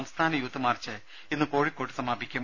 സംസ്ഥാന youth march ഇന്ന് കോഴിക്കോട്ട് സമാപിക്കും